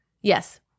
Yes